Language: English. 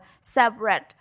separate